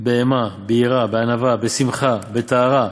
באימה, ביראה, בענווה, בשמחה, בטהרה,